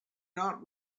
not